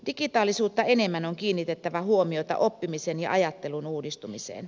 digitaalisuutta enemmän on kiinnitettävä huomiota oppimisen ja ajattelun uudistumiseen